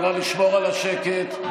נא לשמור על השקט.